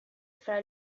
fra